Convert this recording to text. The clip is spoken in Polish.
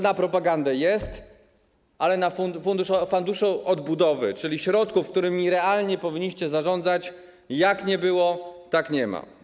Na propagandę jest, ale Funduszu Odbudowy, czyli środków, którymi realnie powinniście zarządzać, jak nie było, tak nie ma.